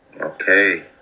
okay